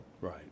Right